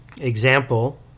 example